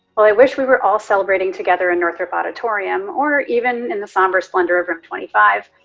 while i wish we were all celebrating together in northrop auditorium, or even in the somber splendor of room twenty five,